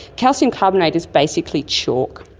calcium carbonate is basically chalk,